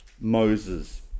Moses